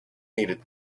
needed